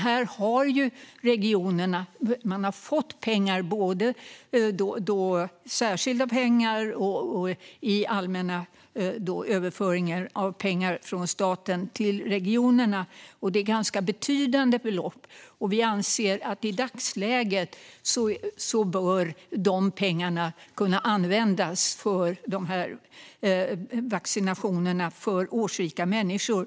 Här har dock regionerna fått pengar, både särskilda pengar och allmänna överföringar av pengar från staten till regionerna. Det är ganska betydande belopp, och vi anser att de pengarna i dagsläget bör kunna användas till vaccinationerna av årsrika människor.